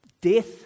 death